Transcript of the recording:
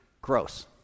gross